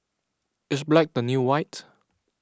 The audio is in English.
is black the new white